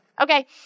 Okay